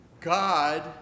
God